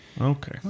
Okay